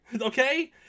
okay